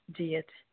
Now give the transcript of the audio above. जी अछ